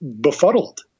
befuddled